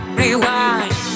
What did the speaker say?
rewind